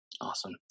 Awesome